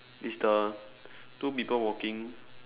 is the two people walking